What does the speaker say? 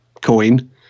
coin